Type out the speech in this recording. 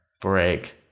break